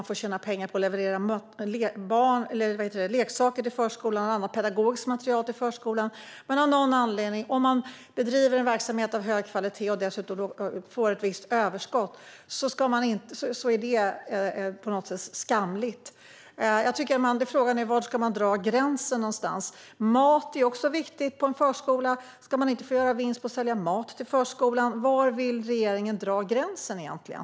Man får tjäna pengar på att leverera leksaker och annat pedagogiskt material till förskolan. Men om man bedriver en verksamhet av hög kvalitet och dessutom får ett visst överskott är det av någon anledning på något sätt skamligt. Frågan är var man ska dra gränsen. Mat är också viktigt på en förskola. Ska man inte få göra vinst på att sälja mat till förskolan? Var vill egentligen regeringen dra gränsen?